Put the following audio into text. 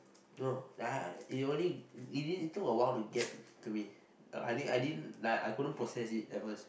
no then I it only it did took a while to get to me I think I didn't like I couldn't process it at first